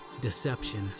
deception